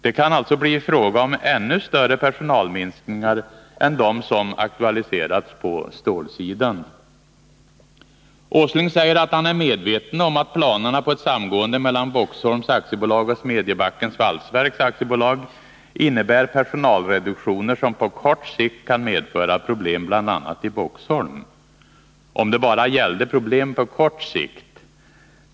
Det kan bli fråga om ännu större personalminskningar än de som aktualiserats på stålsidan. Nils Åsling säger att han är medveten om att planerna på ett samgående mellan Boxholms AB och Smedjebackens Valsverks AB innebär personalreduktioner som på kort sikt kan medföra problem, bl.a. i Boxholm. Om det bara gällde problem på kort sikt!